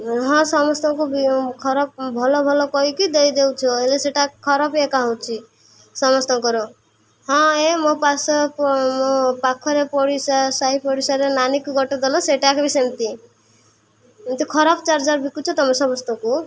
ହଁ ସମସ୍ତଙ୍କୁ ବି ଖରାପ ଭଲ ଭଲ କହିକି ଦେଇଦଉଛ ହେଲେ ସେଇଟା ଖରାପ ଏକା ହେଉଛି ସମସ୍ତଙ୍କର ହଁ ଏ ମୋ ପାଖ ମୋ ପାଖରେ ପଡ଼ିଶା ସାହି ପଡ଼ିଶାରେ ନାନୀକୁ ଗୋଟେ ଦେଲ ସେଇଟାକ ବି ସେମିତି ଏମିତି ଖରାପ ଚାର୍ଜର ବିକୁଛ ତୁମେ ସମସ୍ତଙ୍କୁ